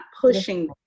pushing